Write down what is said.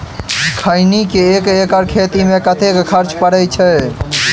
खैनी केँ एक एकड़ खेती मे कतेक खर्च परै छैय?